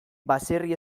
baserri